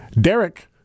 Derek